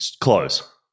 Close